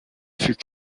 fut